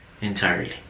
entirely